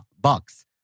bucks